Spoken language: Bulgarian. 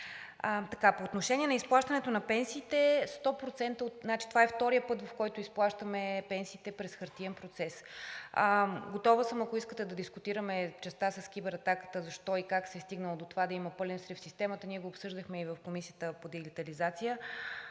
По отношение изплащането на пенсиите. Това е вторият път, в който изплащаме пенсиите през хартиен процес, готова съм, ако искате, да дискутираме частта с кибератаката и как се е стигнало до това да има пълен срив в системата, ние го обсъждахме и в Комисията по дигитализация,